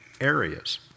Areas